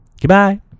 Goodbye